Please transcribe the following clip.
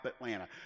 Atlanta